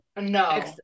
no